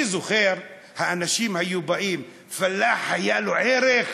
אני זוכר שהאנשים היו באים, לפלאח היה ערך.